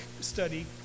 study